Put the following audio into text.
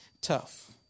tough